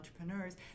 entrepreneurs